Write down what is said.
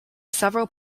several